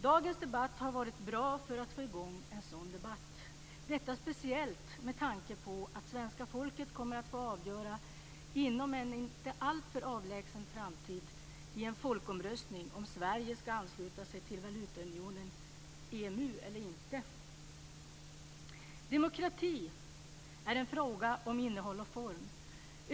Dagens debatt har varit bra för att få i gång en sådan debatt, detta speciellt med tanke på att svenska folket inom en inte alltför avlägsen framtid kommer att få avgöra i en folkomröstning om Sverige ska ansluta sig till valutaunionen EMU eller inte. Demokrati är en fråga om innehåll och form.